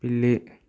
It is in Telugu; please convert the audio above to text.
పిల్లి